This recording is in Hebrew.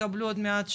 תקבלו עוד מעט שאלות,